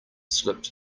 slipped